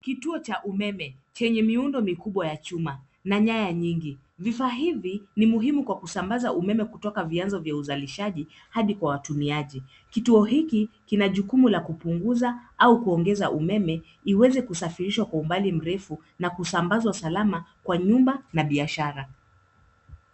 Kituo cha umeme chenye miundo mikubwa ya chuma na nyaya nyingi. Vifaa hivi ni muhimu kwa kusambaza umeme kutoka vyanzo vya uzalishaji hadi kwa watumiaji. Kituo hiki kina jukumu la kupunguza au kuongeza umeme iweze kusafirishwa kwa umbali mrefu na kusambazwa salama kwa nyumba na biashara.